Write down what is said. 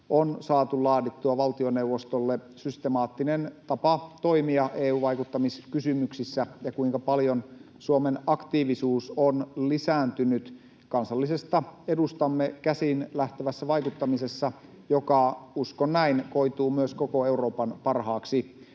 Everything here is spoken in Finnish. on saatu laadittua valtioneuvostolle systemaattinen tapa toimia EU-vaikuttamiskysymyksissä ja kuinka paljon Suomen aktiivisuus on lisääntynyt kansallisesta edustamme käsin lähtevässä vaikuttamisessa, joka, uskon näin, koituu myös koko Euroopan parhaaksi.